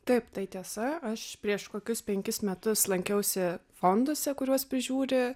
taip tai tiesa aš prieš kokius penkis metus lankiausi fonduose kuriuos prižiūri